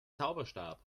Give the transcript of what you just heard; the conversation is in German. zauberstab